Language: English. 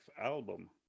album